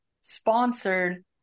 sponsored